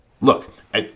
Look